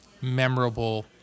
memorable